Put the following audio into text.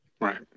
Right